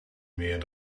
meer